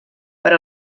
per